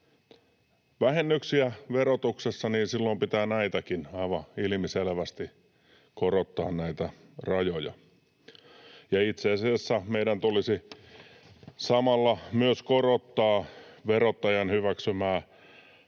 vähennyksiä verotuksessa, niin silloin pitää näitä rajojakin aivan ilmiselvästi korottaa, ja itse asiassa minun mielestäni meidän tulisi samalla myös korottaa verottajan hyväksymää